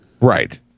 Right